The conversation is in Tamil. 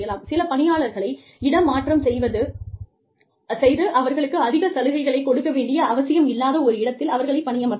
சில பணியாளர்களை இடமாற்றம் செய்து அவர்களுக்கு அதிக சலுகைகளை கொடுக்க வேண்டிய அவசியம் இல்லாத ஒரு இடத்தில் அவர்களை பணியமர்த்தலாம்